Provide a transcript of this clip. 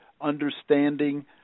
understanding